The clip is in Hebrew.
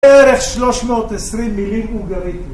בערך 320 מילים אוגריתיות.